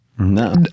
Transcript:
No